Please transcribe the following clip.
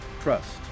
Trust